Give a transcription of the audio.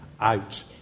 out